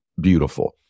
beautiful